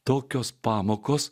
tokios pamokos